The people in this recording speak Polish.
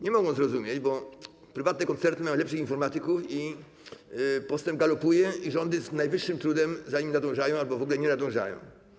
Nie mogą zrozumieć, bo prywatne koncerny mają lepszych informatyków i tam postęp galopuje, a rządy z najwyższym trudem za nim nadążają albo w ogóle nie nadążają.